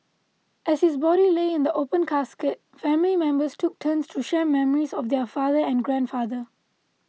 as his body lay in the open casket family members took turns to share memories of their father and grandfather